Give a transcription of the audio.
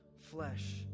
flesh